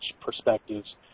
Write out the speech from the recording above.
perspectives